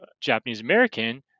Japanese-American